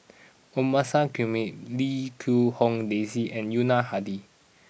Omasa Comey Lim Quee Hong Daisy and Yuna Hadi